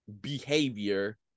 behavior